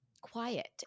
quiet